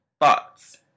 Thoughts